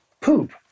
poop